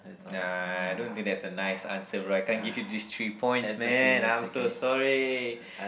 uh I don't think that's a nice answer right I can't give you these three points man I'm so sorry